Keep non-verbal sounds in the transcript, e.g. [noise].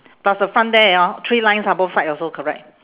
plus the front there [noise] three lines ah both side also correct